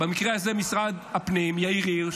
במקרה הזה במשרד הפנים, יאיר הירש,